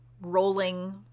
rolling